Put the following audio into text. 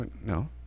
No